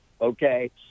okay